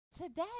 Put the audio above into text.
Today